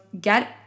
get